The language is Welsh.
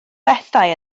bethau